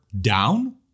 down